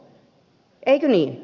eikö niin